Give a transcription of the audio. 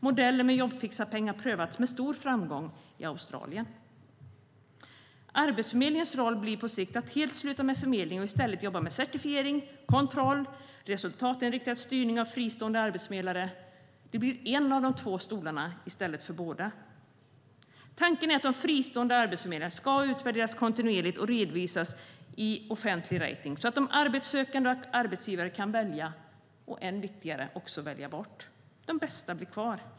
Modellen med jobbfixarpeng har prövats med stor framgång i Australien. Arbetsförmedlingens roll blir på sikt att helt sluta med förmedling och i stället jobba med certifiering, kontroll och resultatinriktad styrning av fristående arbetsförmedlare. Den blir en av de två stolarna i stället för båda. Tanken är att de fristående arbetsförmedlarna ska utvärderas kontinuerligt och redovisas i en offentlig rating, så att arbetssökande och arbetsgivare kan välja och, än viktigare, också välja bort. De bästa blir kvar.